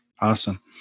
Awesome